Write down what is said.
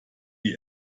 die